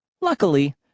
Luckily